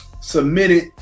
submitted